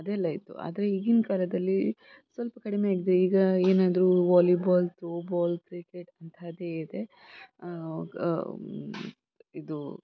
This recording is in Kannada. ಅದೆಲ್ಲ ಇತ್ತು ಆದರೆ ಈಗಿನ ಕಾಲದಲ್ಲಿ ಸ್ವಲ್ಪ ಕಡಿಮೆ ಆಗಿದೆ ಈಗ ಏನಾದ್ರೂ ವಾಲಿಬಾಲ್ ತ್ರೋಬಾಲ್ ಕ್ರಿಕೆಟ್ ಅಂತಹದ್ದೇ ಇದೆ ಇದು